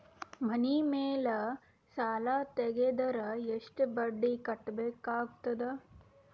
ಮನಿ ಮೇಲ್ ಸಾಲ ತೆಗೆದರ ಎಷ್ಟ ಬಡ್ಡಿ ಕಟ್ಟಬೇಕಾಗತದ?